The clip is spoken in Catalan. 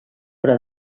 però